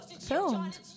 filmed